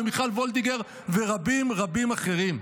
מיכל וולדיגר ורבים רבים אחרים: